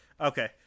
Okay